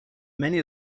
many